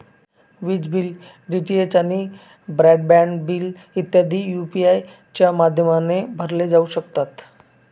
विज bill, DTH आणि broadband bill इत्यादी बिल यू.पी.आय च्या माध्यमाने भरले जाऊ शकतात